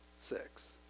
six